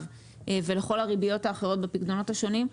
וכל הריביות האחרות בפיקדונות השונים,